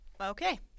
Okay